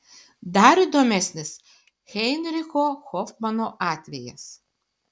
dar įdomesnis heinricho hofmano atvejis